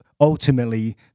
ultimately